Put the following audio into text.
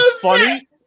funny